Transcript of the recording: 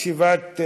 ישיבה,